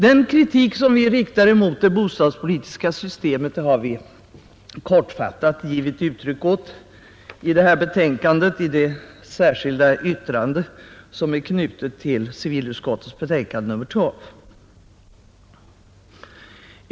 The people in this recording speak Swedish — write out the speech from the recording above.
Den kritik som vi riktar mot det bostadspolitiska systemet har vi kortfattat givit uttryck åt i det särskilda yttrande nr 1 som är knutet till civilutskottets betänkande nr 12.